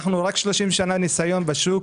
אנחנו עם רק 30 שנות ניסיון בשוק,